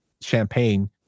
champagne